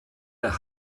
der